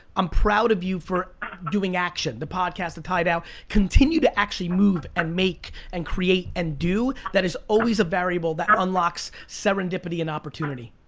i'm proud of you for doing action. the podcast and tie dye. continue to actually move and make and create and do. that is always a variable that unlocks serendipity and opportunity.